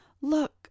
Look